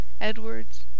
Edwards